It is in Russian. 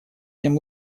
тем